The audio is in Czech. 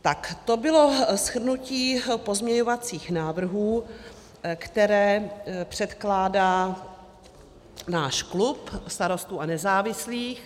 Tak to bylo shrnutí pozměňovacích návrhů, které předkládá náš klub Starostů a nezávislých.